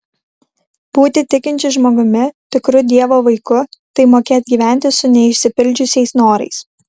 būti tikinčiu žmogumi tikru dievo vaiku tai mokėt gyventi su neišsipildžiusiais norais